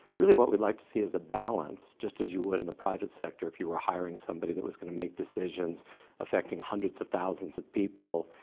really what we would like to see is a balance, just as you would in the private sector if you were hiring somebody that was going to make decisions effecting hundreds of thousands of people,